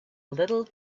little